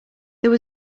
there